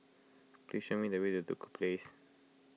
please show me the way to Duku Place